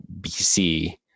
BC